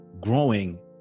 Growing